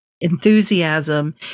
enthusiasm